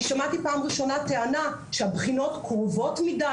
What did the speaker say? אני שמעתי פעם ראשונה טענה שהבחינות קרובות מדי,